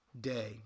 day